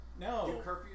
No